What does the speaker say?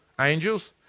angels